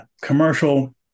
commercial